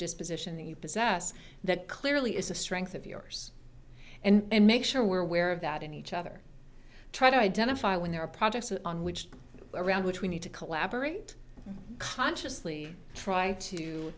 disposition that you possess that clearly is a strength of yours and make sure we're aware of that in each other try to identify when there are projects on which around which we need to collaborate consciously try to